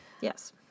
Yes